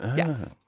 yes.